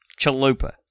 Chalupa